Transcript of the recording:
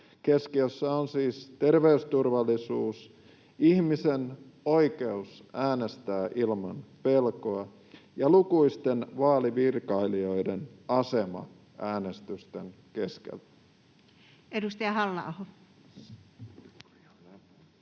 Keskiössä ovat siis terveysturvallisuus, ihmisen oikeus äänestää ilman pelkoa ja lukuisten vaalivirkailijoiden asema äänestysten keskellä. [Speech 192]